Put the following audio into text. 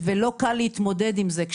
ולא קל להתמודד עם זה.